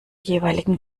jeweiligen